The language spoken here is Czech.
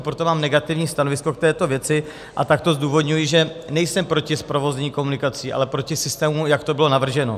Proto mám negativní stanovisko k této věci a tak to zdůvodňuji, že nejsem proti zprovoznění komunikací, ale proti systému, jak to bylo navrženo.